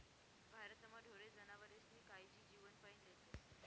भारतमा ढोरे जनावरेस्नी कायजी जीवपाईन लेतस